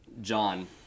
John